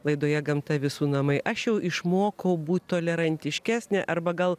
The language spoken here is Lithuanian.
laidoje gamta visų namai aš jau išmokau būt tolerantiškesnė arba gal